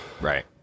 Right